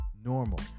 normal